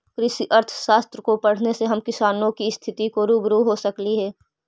कृषि अर्थशास्त्र को पढ़ने से हम किसानों की स्थिति से रूबरू हो सकली हे